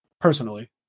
personally